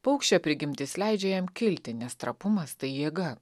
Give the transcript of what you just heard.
paukščio prigimtis leidžia jam kilti nes trapumas tai jėga